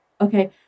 okay